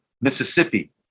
mississippi